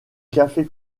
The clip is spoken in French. café